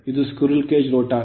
ಇದು squirrel cage rotor